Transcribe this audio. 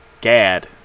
Gad